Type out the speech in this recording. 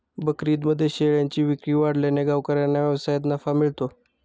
बकरीदमध्ये शेळ्यांची विक्री वाढल्याने गावकऱ्यांना व्यवसायात नफा मिळतो